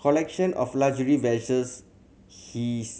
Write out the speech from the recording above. collection of luxury vessels his